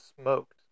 smoked